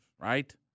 right